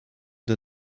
der